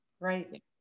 right